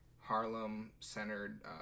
Harlem-centered